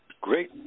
great